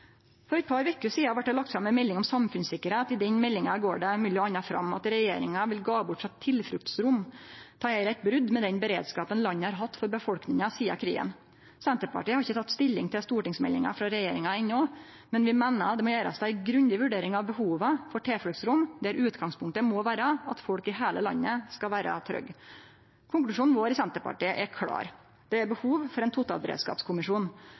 For eit par veker sidan vart det lagt fram ei melding om samfunnssikkerheit. I den meldinga går det m.a. fram at regjeringa vil gå bort frå tilfluktsrom. Dette er eit brot med den beredskapen landet har hatt for befolkninga sidan krigen. Senterpartiet har ikkje teke stilling til stortingsmeldinga frå regjeringa enno, men vi meiner det må gjerast ei grundig vurdering av behova for tilfluktsrom der utgangspunktet må vere at folk i heile landet skal vere trygge. Konklusjonen i Senterpartiet er klar: Det er behov for ein totalberedskapskommisjon.